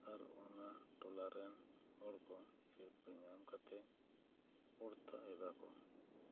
ᱟᱨ ᱚᱱᱟ ᱴᱚᱞᱟ ᱨᱮᱱ ᱦᱚᱲ ᱥᱤᱨᱯᱟᱹ ᱧᱟᱢ ᱠᱟᱛᱮᱜ ᱯᱚᱲᱛᱷᱟ ᱮᱫᱟ ᱠᱚ